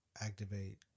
Activate